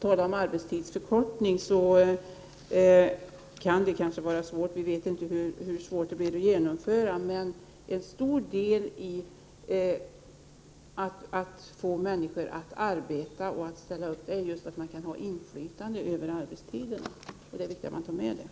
En arbetstidsförkortning blir kanske svår att genomföra, men en stor del av möjligheterna att få människor att åta sig arbete är beroende av deras inflytande över sina arbetstider. Det är viktigt att den frågan tas med i arbetet.